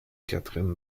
catherine